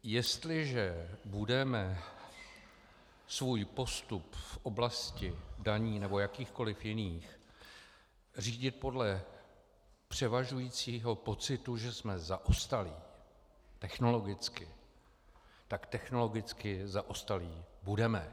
Jestliže budeme svůj postup v oblasti daní nebo v jakýchkoliv jiných řídit podle převažujícího pocitu, že jsme zaostalí technologicky, tak technologicky zaostalí budeme.